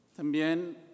También